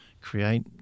create